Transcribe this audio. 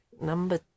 number